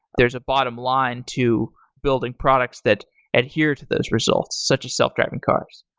there's a bottom line to building products that adhere to those results, such as self-driving cars.